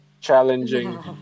challenging